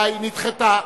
נדחתה.